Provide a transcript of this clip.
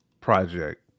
project